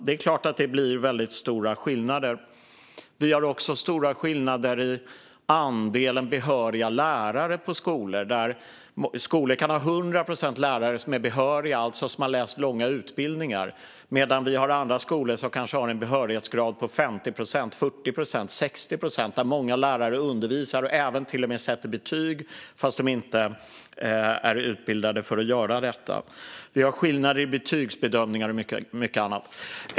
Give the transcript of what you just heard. Det är klart att det blir väldigt stora skillnader. Vi har också stora skillnader i andelen behöriga lärare på skolor. En del skolor kan ha 100 procent lärare som är behöriga, alltså som har läst långa utbildningar. Andra skolor har kanske en behörighetsgrad på 50 procent, 40 procent eller 60 procent. Där undervisar många lärare - och de sätter till och med betyg - trots att de inte är utbildade för att göra detta. Vi har skillnader i betygsbedömningar och mycket annat.